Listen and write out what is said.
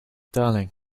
darling